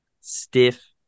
stiff